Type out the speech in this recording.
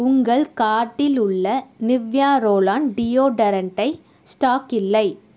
உங்கள் கார்ட்டில் உள்ள நிவ்யா ரோல் ஆன் டியோடரண்ட்டை ஸ்டாக் இல்லை